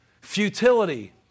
futility